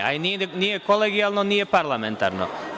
Nije kolegijalno, nije parlamentarno.